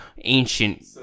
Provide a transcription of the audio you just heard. ancient